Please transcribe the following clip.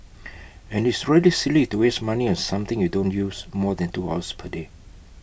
and it's really silly to waste money on something you don't use more than two hours per day